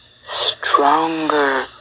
stronger